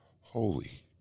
Holy